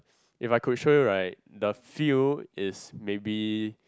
if I could show you right the field is maybe